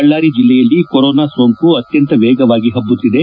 ಬಳ್ಳಾರಿ ಜಿಲ್ಲೆಯಲ್ಲಿ ಕೊರೊನಾ ಸೋಂಕು ಅತ್ಯಂತ ವೇಗವಾಗಿ ಹಬ್ಬುತ್ತಿದೆ